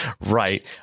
right